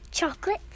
Chocolate